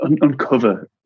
uncover